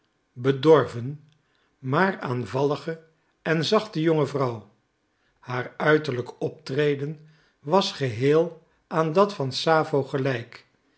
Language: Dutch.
bedorven maar aanvallige en zachte jonge vrouw haar uiterlijk optreden was geheel aan dat van sappho gelijk